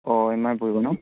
অ' ইমান পৰিব ন